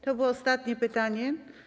To było ostatnie pytanie.